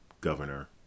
governor